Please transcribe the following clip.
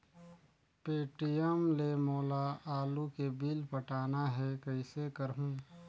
Paytm ले मोला आलू के बिल पटाना हे, कइसे करहुँ?